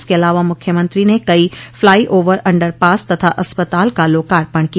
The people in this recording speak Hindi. इसके अलावा मुख्यमंत्री ने कई फ्लाई ओवर अंडर पास तथा अस्पताल का लोकार्पण किया